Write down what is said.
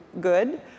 good